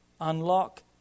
unlock